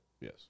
Yes